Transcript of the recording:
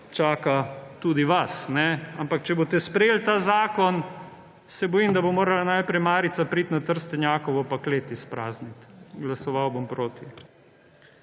čaka tudi vas. Ampak če boste sprejeli ta zakon, se bojim, da bo morala najprej marica priti na Trstenjakovo pa klet izprazniti. Glasoval bom proti.